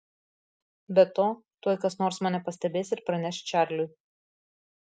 be to tuoj kas nors mane pastebės ir praneš čarliui